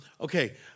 Okay